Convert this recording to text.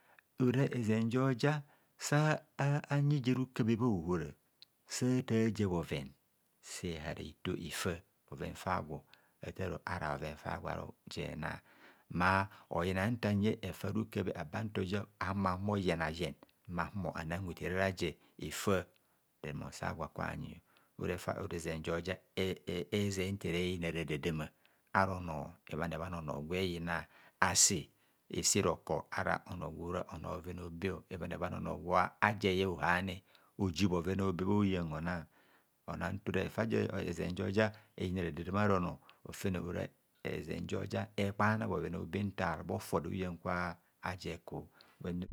Ora ezen jo ja sa yi je rukabhe bhahora bhahora satar je bhoven, se hara hito efa fa gwo atar ara bhoven far gwo aro jena, ma oyina nfa yi efa rukabhe aba ntoja ahumo ahumo yen a yen anang hotere ara je efa remon sa gwo akanyio ora ezen joja eze nta ere yina radadamma ebhan abhan onor gwe yina asi ese rokor ara ono gwora onor bhoven a'obe ebhan a'bhan onor gwaje yen ohaghni oji bhoven'obe bhunyang onan ntor ra efa joja, ezenjo ja eyina radadama ara onor ofene ora ezen ja oja ekpana bhoven a'obe nta bhofere bhauyan kwa je eku.